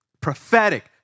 prophetic